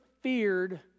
feared